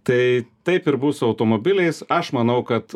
tai taip ir bus su automobiliais aš manau kad